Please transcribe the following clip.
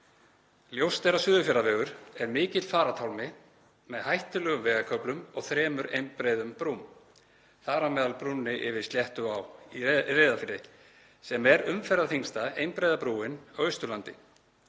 Ljóst er að Suðurfjarðavegur er mikill farartálmi með hættulegum vegarköflum og þremur einbreiðum brúm, þar með talinni brúnni yfir Sléttuá í Reyðarfirði sem er umferðarþyngsta einbreiða brúin á Austurlandi.